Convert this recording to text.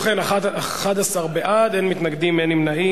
ובכן, 11 בעד, אין מתנגדים, אין נמנעים.